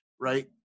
right